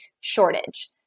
shortage